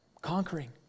conquering